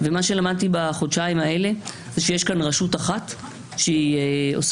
ומה שלמדתי בחודשיים האלה שיש כאן רשות אחת שעושה